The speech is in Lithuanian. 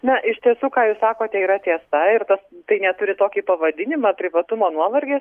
na iš tiesų ką jūs sakote yra tiesa ir tas tai net turi tokį pavadinimą privatumo nuovargis